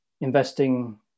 investing